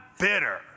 bitter